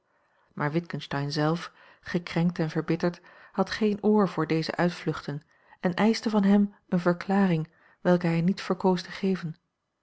maar witgensteyn zelf gekrenkt en verbitterd had geen oor voor deze uitvluchten en eischte van hem eene verklaring welke hij niet verkoos te geven